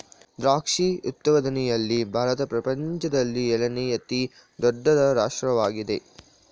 ದ್ರಾಕ್ಷಿ ಉತ್ಪಾದನೆಯಲ್ಲಿ ಭಾರತ ಪ್ರಪಂಚದಲ್ಲಿ ಏಳನೇ ಅತಿ ದೊಡ್ಡ ರಾಷ್ಟ್ರವಾಗಿದೆ